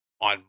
on